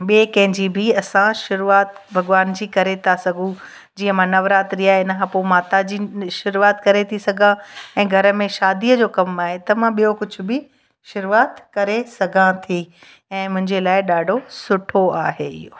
ॿिए कंहिंजी बि असां शुरूआति भॻवान जी करे था सघूं जीअं मां नवरात्री आहे इन खां पोइ माता जी नी शुरूआति करे थी सघां ऐं घर में शादीअ जो कमु आहे त मां ॿियो कुझु बि शुरूआति करे सघां थी ऐं मुंहिंजे लाइ ॾाढो सुठो आहे इहो